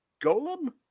Golem